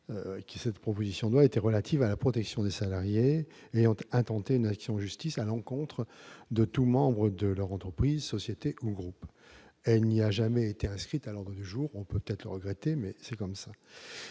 le 14 octobre 2015, relative à la protection des salariés ayant intenté une action en justice à l'encontre de tout membre de leur entreprise, société ou groupe, mais qui n'a jamais été inscrite à l'ordre du jour ; on peut le regretter, mais c'est ainsi.